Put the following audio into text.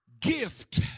gift